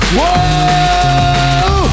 Whoa